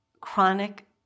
chronic